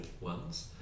ones